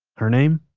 her name.